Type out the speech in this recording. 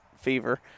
fever